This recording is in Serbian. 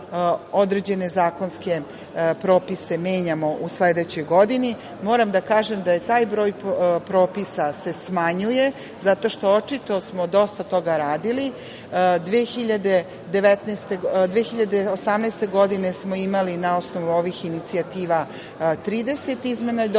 određene zakonske propise menjamo u sledećoj godini. Moram da kažem da se taj broj propisa smanjuje zato što smo očito dosta toga radili. Godine 2018. smo imali, na osnovu ovih inicijativa, 30 izmena i dopuna